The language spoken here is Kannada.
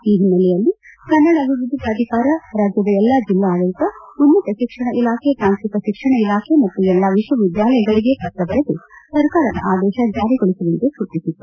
ಈ ಹಿನ್ನೆಲೆಯಲ್ಲಿ ಕನ್ನಡ ಅಭಿವ್ವದ್ದಿ ಪ್ರಾಧಿಕಾರ ರಾಜ್ಯದ ಎಲ್ಲಾ ಜಿಲ್ಲಾಡಳಿತ ಉನ್ನತ ಶಿಕ್ಷಣ ಇಲಾಖೆ ತಾಂತ್ರಿಕ ಶಿಕ್ಷಣ ಇಲಾಖೆ ಮತ್ತು ಎಲ್ಲಾ ವಿಶ್ವವಿದ್ಯಾಲಯಗಳಿಗೆ ಪತ್ರ ಬರೆದು ಸರ್ಕಾರದ ಆದೇಶ ಜಾರಿಗೊಳಿಸುವಂತೆ ಸೂಚಿಸಿತ್ತು